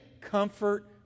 comfort